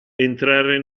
entrare